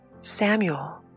Samuel